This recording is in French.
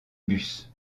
bus